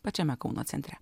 pačiame kauno centre